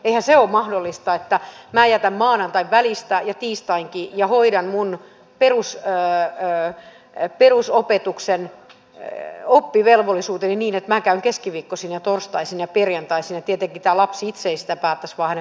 eihän se ole mahdollista että minä jätän maanantain välistä ja tiistainkin ja hoidan minun perusopetuksen oppivelvollisuuteni niin että käyn keskiviikkoisin ja torstaisin ja perjantaisin ja tietenkään tämä lapsi itse ei sitä päättäisi vaan hänen vanhempansa